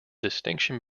distinction